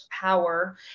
power